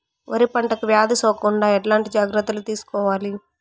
వరి పంటకు వ్యాధి సోకకుండా ఎట్లాంటి జాగ్రత్తలు తీసుకోవాలి?